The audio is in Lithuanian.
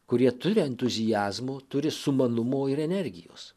kurie turi entuziazmo turi sumanumo ir energijos